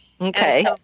Okay